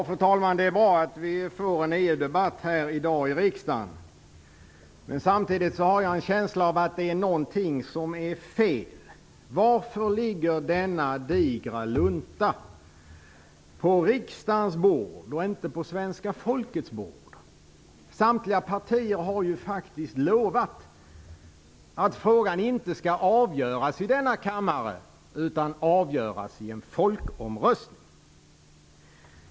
Fru talman! Det är bra att vi får en EU-debatt här i riksdagen i dag. Samtidigt har jag en känsla av att det är någonting som är fel. Varför ligger denna digra lunta på riksdagens bord och inte på svenska folkets bord? Samtliga partier har ju faktiskt lovat att frågan inte skall avgöras i denna kammare utan i en folkomröstning.